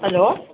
hello